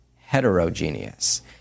heterogeneous